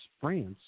France